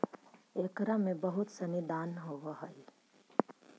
एकरा में बहुत सनी दान होवऽ हइ